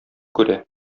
күрә